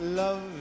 love